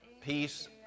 Peace